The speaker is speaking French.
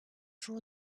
jours